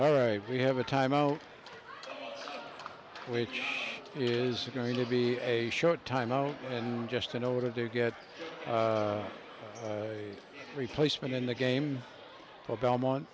all right we have a timeout which is going to be a short time now and just in order to get a replacement in the game the belmont